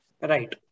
Right